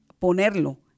ponerlo